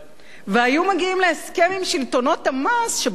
והיו מגיעים להסכם עם שלטונות המס שביום שהם